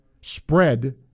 spread